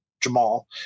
Jamal